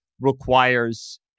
requires